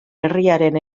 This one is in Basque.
herriaren